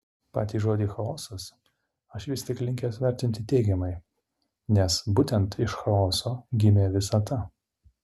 patį žodį chaosas aš vis tik linkęs vertinti teigiamai nes būtent iš chaoso gimė visata